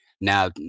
now